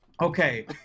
Okay